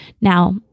Now